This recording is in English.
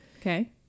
Okay